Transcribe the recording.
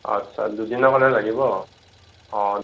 আচ্ছা দুদিনৰ কাৰণে লাগিব অ'